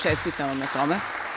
Čestitam vam na tome.